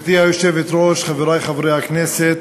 גברתי היושבת-ראש, חברי חברי הכנסת,